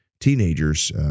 teenagers